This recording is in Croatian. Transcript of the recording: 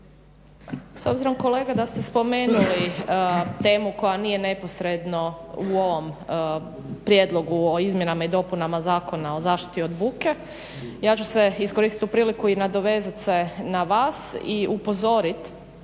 S obzirom kolega da ste spomenuli temu koja nije neposredno u ovom prijedlogu o izmjenama i dopunama Zakona o zaštiti od buke ja ću iskoristiti tu priliku i nadovezati se na vas i upozoriti